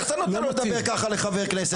איך אתה נותן לו לדבר ככה לחבר כנסת?